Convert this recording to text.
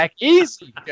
Easy